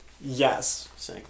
Yes